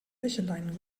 wäscheleinen